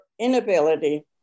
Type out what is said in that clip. inability